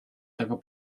tego